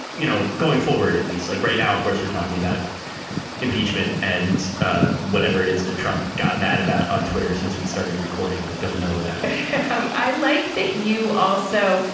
you know, going forward, at least like right now, of course, we're talking about impeachment and ah whatever it is that trump got mad about on twitter since we started recording. but don't know about you um i like that. you also.